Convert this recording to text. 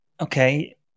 Okay